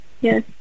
Yes